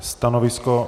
Stanovisko?